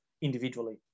individually